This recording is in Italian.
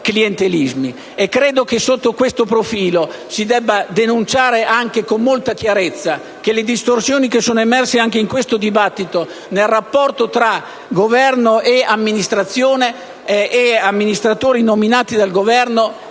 E credo che sotto questo profilo si debba denunciare anche con molta chiarezza che le distorsioni denunciate anche in questo dibattito nel rapporto tra Governo e amministratori nominati dal Governo